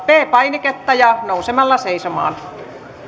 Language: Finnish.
p painiketta ja nousemalla seisomaan ensimmäinen kysymys